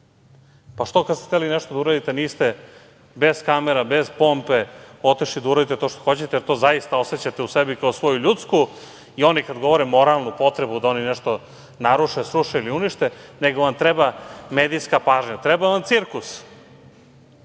Zašto, ako ste hteli nešto da uradite niste bez kamera, bez pompe otišli da uradite to što hoćete, ako to zaista osećate u sebi kao svoju ljudsku, i oni kad govore, moralnu, potrebu da oni nešto naruše, sruše ili unište, nego vam treba medijska pažnja. Treba vam cirkus.